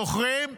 זוכרים?